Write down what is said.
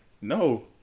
no